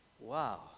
Wow